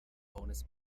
bonus